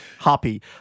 happy